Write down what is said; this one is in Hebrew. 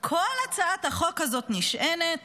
כל הצעת החוק הזאת נשענת